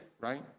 right